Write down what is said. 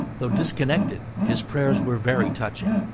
though disconnected, his prayers were very touching.